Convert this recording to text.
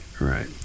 right